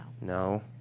No